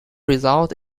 result